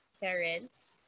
parents